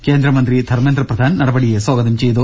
കേന്ദ്ര മന്ത്രി ധർമേന്ദ്ര പ്രധാൻ നടപടി സ്വാഗതം ചെയ്തു